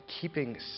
keeping